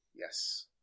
Yes